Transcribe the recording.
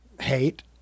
hate